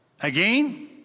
again